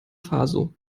faso